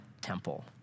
temple